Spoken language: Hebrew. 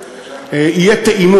איך זה הגיע לפה?